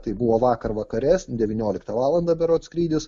tai buvo vakar vakares devynioliktą valandą berods skrydis